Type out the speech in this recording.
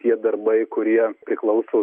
tie darbai kurie priklauso